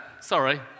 Sorry